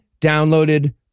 downloaded